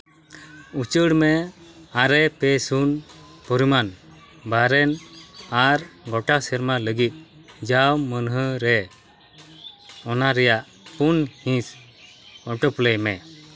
ᱩᱪᱟᱹᱲ ᱢᱮ ᱟᱨᱮ ᱯᱮ ᱥᱩᱱ ᱯᱚᱨᱤᱢᱟᱱ ᱵᱟᱨᱮᱱ ᱟᱨ ᱜᱚᱴᱟ ᱥᱮᱨᱢᱟ ᱞᱟᱹᱜᱤᱫ ᱡᱟᱣ ᱢᱟᱹᱱᱦᱟᱹ ᱨᱮ ᱚᱱᱟ ᱨᱮᱭᱟᱜ ᱯᱩᱱ ᱦᱤᱸᱥ ᱚᱴᱳᱯᱞᱮᱭ ᱢᱮ